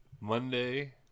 Monday